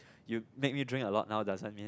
you make me drink a lot now doesn't mean